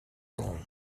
wrong